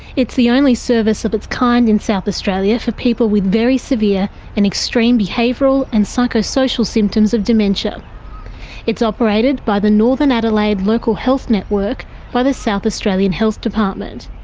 it's the only service of its kind in south australia for people with very severe and extreme behavioural and psychosocial symptoms of dementia it's operated by the northern adelaide local health network by the south australian health department.